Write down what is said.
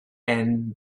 and